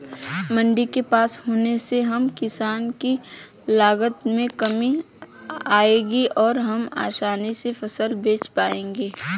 मंडी के पास होने से हम किसान की लागत में कमी आएगी और हम आसानी से फसल बेच पाएंगे